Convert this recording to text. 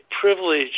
privilege